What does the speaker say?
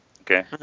okay